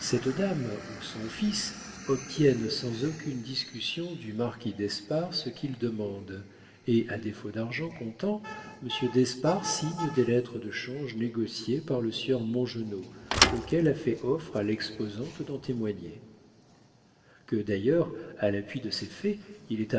cette dame ou son fils obtiennent sans aucune discussion du marquis d'espard ce qu'ils demandent et à défaut d'argent comptant monsieur d'espard signe des lettres de change négociées par le sieur mongenod lequel a fait offre à l'exposante d'en témoigner que d'ailleurs à l'appui de ces faits il est